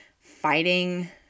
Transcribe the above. fighting